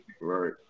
right